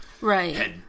right